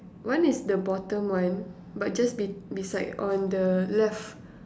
one is the bottom one but just be~ beside on the left